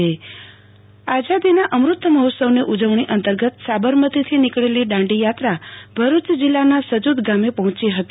આરતી ભદ્દ અમુ ત મહોત્સવ આઝાદીના અમૃત મહોત્સવની ઉજવણી અંતર્ગતસાબરમતીથી નીકળેલી દાંડી યાત્રા ભરૂચ જિલ્લાના સજોદ ગામે પર્હોંચી હતી